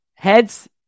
Heads